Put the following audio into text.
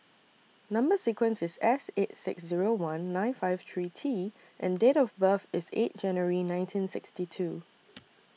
Number sequence IS S eight six Zero one nine five three T and Date of birth IS eight January nineteen sixty two